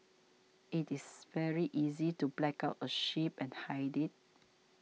it is very easy to black out a ship and hide it